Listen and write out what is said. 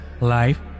life